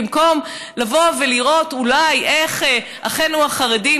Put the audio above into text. במקום לבוא ולראות איך אחינו החרדים